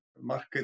market